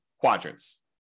quadrants